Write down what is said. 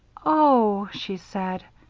oh! she said.